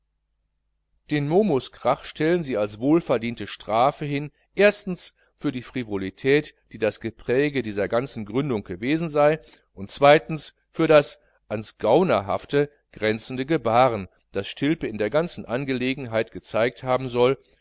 den momus krach stellen sie als wohlverdiente strafe hin für die frivolität die das gepräge dieser ganzen gründung gewesen sei und für das ans gaunerhafte grenzende gebahren das stilpe in der ganzen angelegenheit gezeigt haben soll